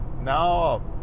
now